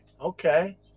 Okay